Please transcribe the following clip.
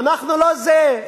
אנחנו לא זה,